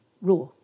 raw